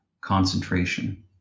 concentration